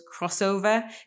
crossover